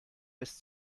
bis